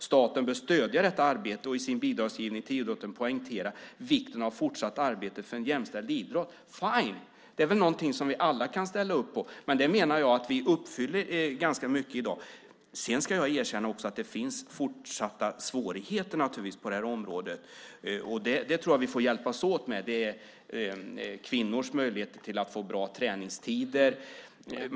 Staten bör stödja detta arbete och i sin bidragsgivning till idrotten poängtera vikten av fortsatt arbete för en jämställd idrott. Fine , det är väl någonting som vi alla kan ställa upp på. Men det menar jag att vi uppfyller ganska väl i dag. Sedan ska jag erkänna att det naturligtvis finns fortsatta svårigheter på det här området. Här tror jag att vi får hjälpas åt. Det gäller kvinnors möjligheter att få bra träningstider.